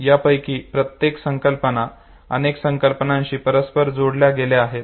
यापैकी प्रत्येक संकल्पना इतर अनेक संकल्पनांशी परस्पर जोडल्या गेलेल्या आहेत